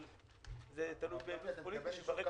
אבל זה תלוי ב --- פוליטי שברגע שייקבע